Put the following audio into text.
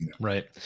Right